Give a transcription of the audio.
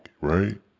right